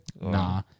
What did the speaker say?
nah